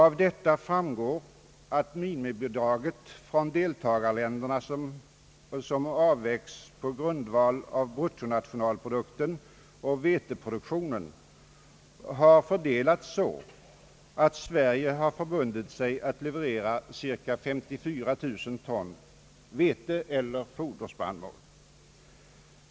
Av detta framgår att minimibidraget från deltagarländerna — som avvägts på grundval av bruttonationalprodukten och veteproduktionen — har fördelats så att Sverige förbundit sig att leverera cirka 54 000 ton vete eller foderspannmål.